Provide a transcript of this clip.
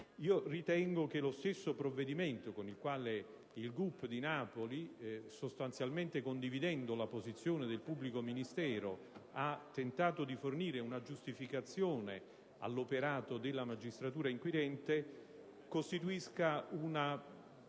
ritengo che lo stesso provvedimento con il quale il Gup di Napoli, sostanzialmente condividendo la posizione del pubblico ministero, ha tentato di fornire una giustificazione all'operato della magistratura inquirente, costituisca una